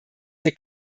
wir